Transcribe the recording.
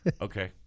okay